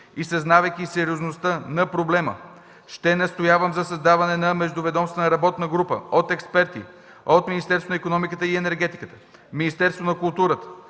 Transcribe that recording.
съзнавайки сериозността на проблема, ще настоявам за създаване на междуведомствена работна група от експерти от Министерството на икономиката и енергетиката, Министерството на културата